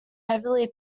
heavily